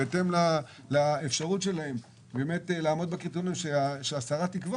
בהתאם לעמידה שלהן בקריטריונים שהשרה תקבע